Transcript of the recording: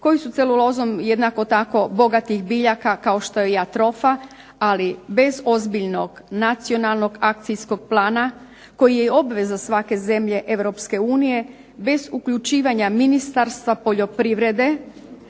koji su celulozom jednako tako bogatih biljaka kao što je atrofa, ali bez ozbiljnog nacionalnog akcijskog plana, koji je obveza svake zemlje Europske unije, bez uključivanja Ministarstva poljoprivrede